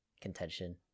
contention